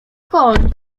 koń